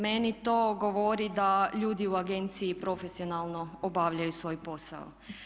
Meni to govori da ljudi u agenciji profesionalno obavljaju svoj posao.